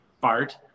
Bart